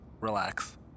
Relax